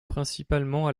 principalement